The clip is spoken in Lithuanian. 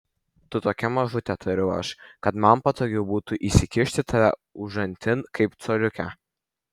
tu tokia mažutė tariau aš kad man patogiau būtų įsikišti tave užantin kaip coliukę